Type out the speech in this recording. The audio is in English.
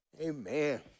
Amen